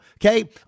Okay